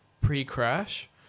pre-crash